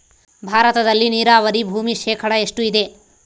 ಭಾರತದಲ್ಲಿ ನೇರಾವರಿ ಭೂಮಿ ಶೇಕಡ ಎಷ್ಟು ಇದೆ?